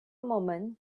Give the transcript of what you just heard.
moment